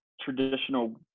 traditional